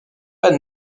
pas